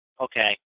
Okay